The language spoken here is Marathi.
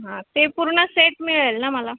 हां ते पूर्ण सेट मिळेल ना मला